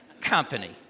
company